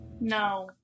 No